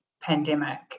pandemic